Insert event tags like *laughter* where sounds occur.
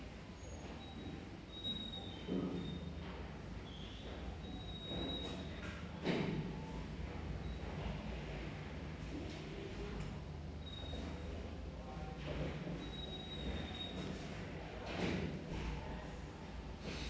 *breath*